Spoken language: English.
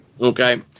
Okay